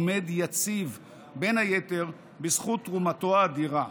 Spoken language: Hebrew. עומד יציב בין היתר בזכות תרומתו האדירה.